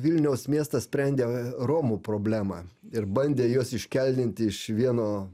vilniaus miestas sprendė romų problemą ir bandė juos iškeldinti iš vieno